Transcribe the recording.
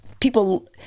people